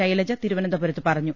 ശൈലജ തിരുവനന്തപുരത്ത് പറഞ്ഞു